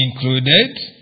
included